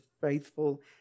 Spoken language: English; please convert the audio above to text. faithful